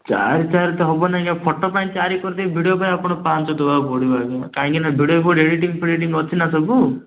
ଚାରି ଚାରି ତ ହେବ ନାଇଁ ଫଟୋ ପାଇଁ ଚାରି କରିଦେବି ଭିଡ଼ିଓ ପାଇଁ ଆପଣଙ୍କୁ ପାଞ୍ଚ ଦେବାକୁ ପଡ଼ିବ ଆଜ୍ଞା କାହିଁକି ନା ଭିଡ଼ିଓ ଏଡ଼ିଟିଙ୍ଗ୍ ଫେଡ଼ିଟିଙ୍ଗ୍ ଅଛି ନା ସବୁ